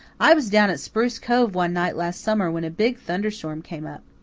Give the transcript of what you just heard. i was down at spruce cove one night last summer when a big thunderstorm came up.